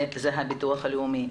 זה הביטוח הלאומי.